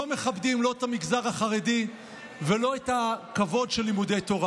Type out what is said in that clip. מכבדים לא את המגזר החרדי ולא את הכבוד של לימודי תורה.